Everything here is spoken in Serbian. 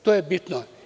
To je bitno.